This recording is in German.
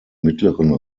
mittleren